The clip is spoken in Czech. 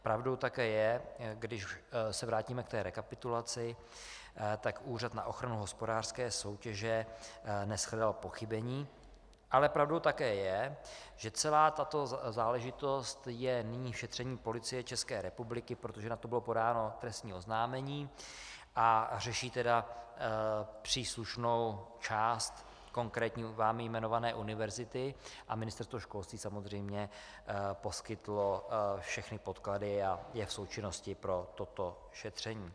Pravdou také je, když se vrátíme k rekapitulaci, že Úřad na ochranu hospodářské soutěže neshledal pochybení, ale pravdou také je, že celá tato záležitost je nyní v šetření Policie České republiky, protože na to bylo podáno trestní oznámení a řeší příslušnou část konkrétně vámi jmenované univerzity a Ministerstvo školství samozřejmě poskytlo všechny podklady a je v součinnosti pro toto šetření.